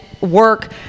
work